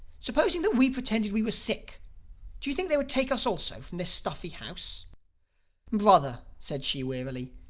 supposing that we pretended we were sick do you think they would take us also from this stuffy house brother, said she wearily,